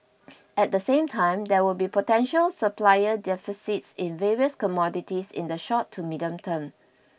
at the same time there will be potential supplier deficits in various commodities in the short to medium term